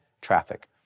traffic